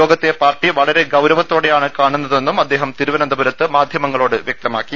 യോഗത്തെ പാർട്ടി വളരെ ഗൌരവ ത്തോടെയാണ് കാണുന്നതെന്നും അദ്ദേഹം തിരുവനന്തപുരത്ത് മാധ്യ മങ്ങളോട് പറഞ്ഞു